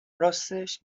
راستش